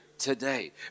today